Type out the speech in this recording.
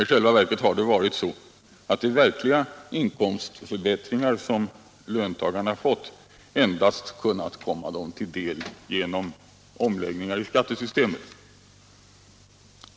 I själva verket har de verkliga inkomstförbättringar som löntagarna fått endast kunnat komma dem till del genom omläggningar i skattesystemet.